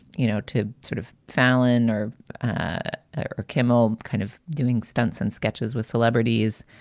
you know, to sort of fallon or or kimmel kind of doing stunts and sketches with celebrities.